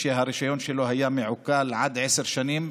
שהרישיון שלו היה מעוקל עד עשר שנים,